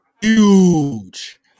huge